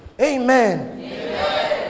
Amen